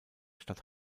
stadt